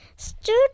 stood